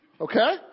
Okay